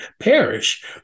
perish